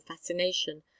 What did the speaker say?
fascination